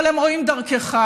אבל הם רואים דרכך,